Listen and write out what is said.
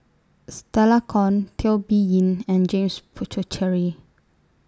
Stella Kon Teo Bee Yen and James Puthucheary